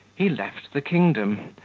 he left the kingdom,